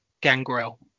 Gangrel